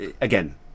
again